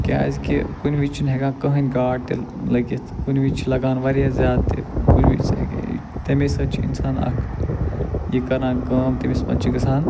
کیٚازِ کہِ کُنہِ وزِ چھِنہٕ ہیٚکان کٕہٲنۍ گاڑ تہِ لگِتھ کُنہِ وزٕ چھِ لگان واریاہ زیادٕ تہِ کنہِ وزِ تمیٚے سۭتۍ چھُ اِنسان اکھ یہ کران کٲم تمِس منٛز چھِ گژھان